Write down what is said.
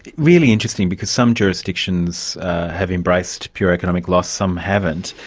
but really interesting, because some jurisdictions have embraced pure economic loss, some haven't.